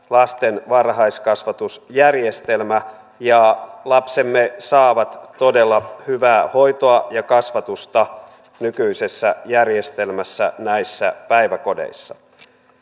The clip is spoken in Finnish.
lasten varhaiskasvatusjärjestelmä ja lapsemme saavat todella hyvää hoitoa ja kasvatusta nykyisessä järjestelmässä näissä päiväkodeissa